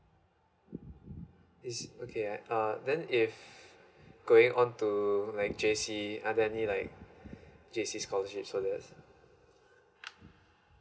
is okay uh then if going on to like J_C are there any like J_C scholarships